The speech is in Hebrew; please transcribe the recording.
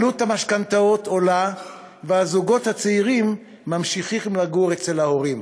עלות המשכנתאות עולה והזוגות הצעירים ממשיכים לגור אצל ההורים.